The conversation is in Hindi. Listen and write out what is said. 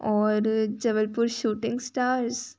और जबलपुर शूटिंग इस्टार्स